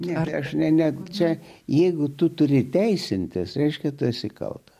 ne aš ne negu čia jeigu tu turi teisintis reiškia tu esi kalta